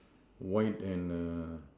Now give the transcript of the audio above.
white and err